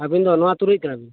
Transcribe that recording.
ᱟᱹᱵᱤᱱ ᱫᱚ ᱱᱚᱣᱟ ᱟᱛᱳ ᱨᱮᱱᱤᱡ ᱠᱟᱱᱟ ᱵᱤᱱ